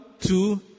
Two